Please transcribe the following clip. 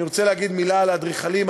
אני רוצה להגיד מילה על האדריכלים.